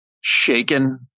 shaken